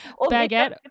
baguette